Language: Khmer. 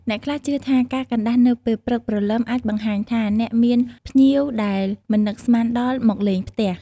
អ្នកខ្លះជឿថា ការកណ្តាស់នៅពេលព្រឹកព្រលឹមអាចបង្ហាញថាអ្នកមានភ្ញៀវដែលមិននឹកស្មានដល់មកលេងផ្ទះ។